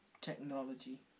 technology